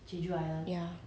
ya